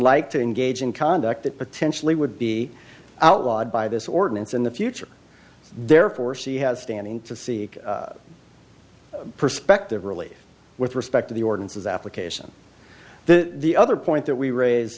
like to engage in conduct that potentially would be outlawed by this ordinance in the future therefore she has standing to see perspective really with respect to the ordinances application the the other point that we raise